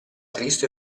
triste